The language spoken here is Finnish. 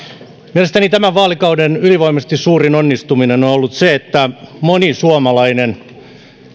mielestäni tämän vaalikauden ylivoimaisesti suurin onnistuminen on ollut se että moni suomalainen